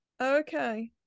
okay